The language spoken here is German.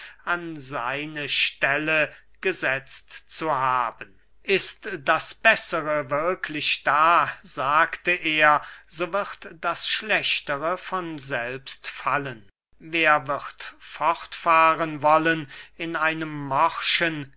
an seine stelle gesetzt zu haben ist das bessere wirklich da sagte er so wird das schlechtere von selbst fallen wer wird fortfahren wollen in einem morschen